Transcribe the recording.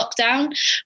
lockdown